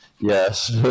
yes